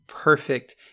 perfect